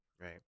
Right